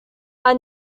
are